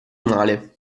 male